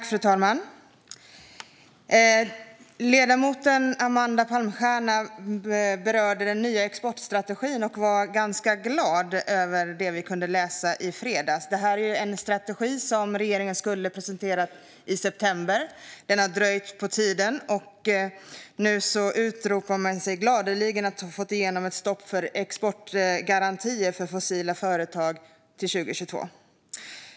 Fru talman! Ledamoten Amanda Palmstierna berörde den nya exportstrategin och var ganska glad över det som vi kunde läsa i fredags. Detta är en strategi som regeringen skulle ha presenterat i september. Den har dragit ut på tiden. Nu utropar man gladeligen att man har fått igenom ett stopp för exportgarantier för företag med fossil verksamhet till 2022.